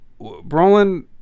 Brolin